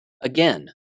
again